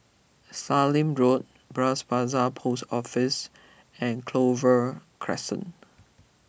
Sallim Road Bras Basah Post Office and Clover Crescent